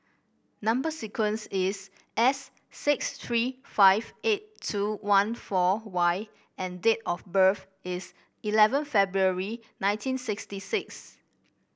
number sequence is S six three five eight two one four Y and date of birth is eleven February nineteen sixty six